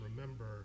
remember